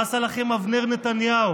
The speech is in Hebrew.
מה עשה לכם אבנר נתניהו?